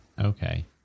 Okay